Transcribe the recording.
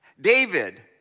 David